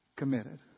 committed